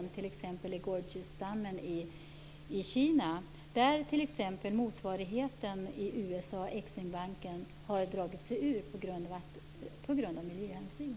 Det är t.ex. Three Gorgesdammen i Kina. Där har motsvarigheten i USA, Eximbanken, dragit sig ur av miljöhänsyn.